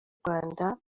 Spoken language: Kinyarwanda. rwanda